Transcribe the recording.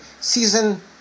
Season